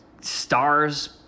stars